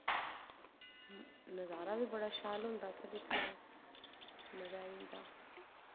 नजारा बबी बड़ा शैल होंदा उत्थैं दिखने गी मजा आई जंदा